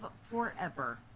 forever